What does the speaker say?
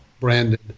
branded